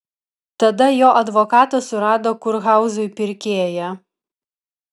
tada jo advokatas surado kurhauzui pirkėją